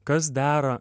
kas dera